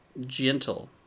gentle